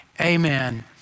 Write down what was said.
Amen